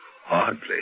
Hardly